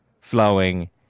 flowing